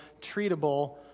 treatable